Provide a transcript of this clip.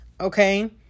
okay